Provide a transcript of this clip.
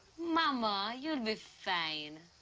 momma, you'll be fine.